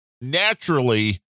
naturally